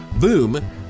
Boom